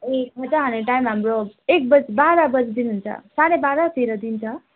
ए खाजा खाने टाइम हाम्रो एक बजी बाह्र बजीदेखि हुन्छ साँढे बाह्रतिर दिन्छ